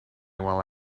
while